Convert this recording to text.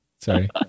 Sorry